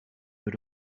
but